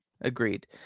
Agreed